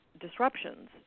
disruptions